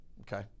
Okay